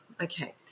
Okay